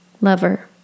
lover